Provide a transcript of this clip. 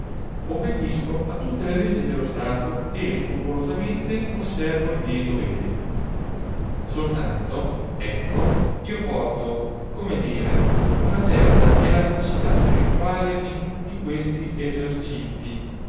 obbedisco a tutte le leggi dello stato e scrupolosamente osservo i miei doveri soltanto ecco io porto come dire una certa elasticità spirituale in tutti questi esercizii